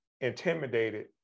intimidated